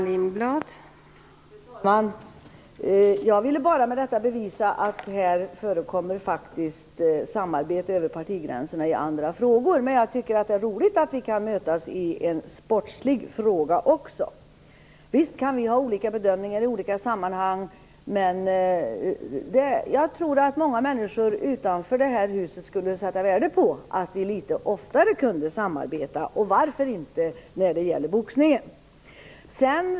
Fru talman! Jag ville bara med detta visa att det faktiskt förekommer samarbete över partigränserna i andra frågor. Men jag tycker att det är roligt att vi kan mötas i en sportslig fråga också. Visst kan vi ha olika bedömningar i olika sammanhang, men jag tror att många människor utanför det här huset skulle sätta värde på att vi litet oftare kunde samarbeta - och varför inte göra det när det gäller boxningen?